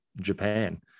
Japan